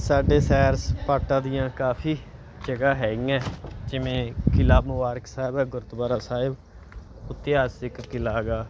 ਸਾਡੇ ਸੈਰ ਸਪਾਟਾ ਦੀਆਂ ਕਾਫੀ ਜਗ੍ਹਾ ਹੈਗੀਆਂ ਜਿਵੇਂ ਕਿਲ੍ਹਾ ਮੁਬਾਰਕ ਸਾਹਿਬ ਹੈ ਗੁਰਦੁਆਰਾ ਸਾਹਿਬ ਇਤਿਹਾਸਿਕ ਕਿਲ੍ਹਾ ਹੈਗਾ